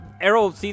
Arrow